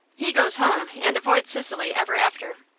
he goes home, and avoids sicily ever after.